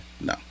no